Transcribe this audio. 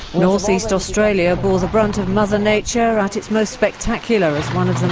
north-east australia bore the brunt of mother nature at its most spectacular as one of the